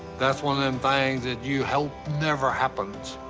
that's one of them things that you hope never happens.